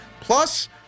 Plus